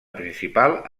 principal